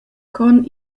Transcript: con